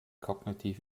kognitiv